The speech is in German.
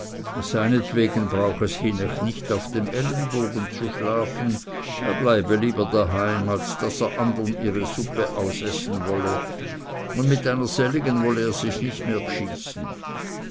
seinetwegen brauch es hinecht nicht auf dem ellbogen zu schlafen er bleibe lieber daheim als daß er andern ihre suppe ausessen wolle und mit einer selligen wolle er sich nicht mehr bschyßen